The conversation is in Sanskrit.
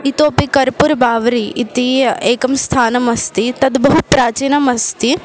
इतोपि कर्पुर् बाव्रि इति एकं स्थानम् अस्ति तद् बहु प्राचीनम् अस्ति